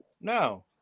No